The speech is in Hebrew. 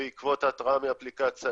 בעקבות ההתראה מהאפליקציה.